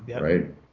right